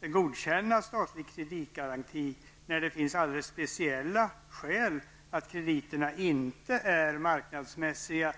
kan godkänna statlig kreditgaranti när det finns alldeles speciella skäl för att krediterna inte är marknadsmässiga.